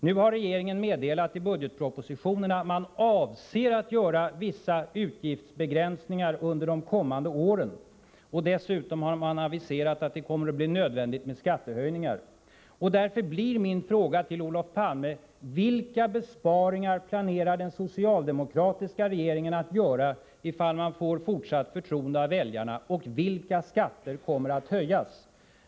Nu har regeringen i budgetpropositionen meddelat att man avser att göra vissa utgiftsbegränsningar under de kommande åren, och dessutom har man aviserat att det kommer att bli nödvändigt med skattehöjningar. Därför blir min fråga till Olof Palme: Vilka besparingar planerar den socialdemokratiska regeringen att göra ifall man får fortsatt förtroende av väljarna, och vilka skatter kommer att höjas?